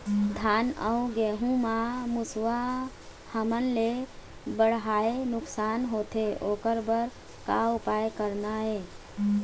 धान अउ गेहूं म मुसवा हमन ले बड़हाए नुकसान होथे ओकर बर का उपाय करना ये?